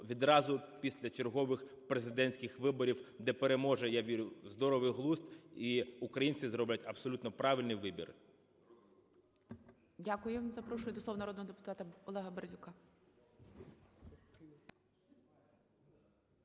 відразу після чергових президентських виборів, де переможе, я вірю, здоровий глузд і українці зроблять абсолютно правильний вибір. ГОЛОВУЮЧИЙ. Дякую. Запрошую до слова народного депутата Олега Березюка.